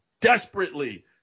desperately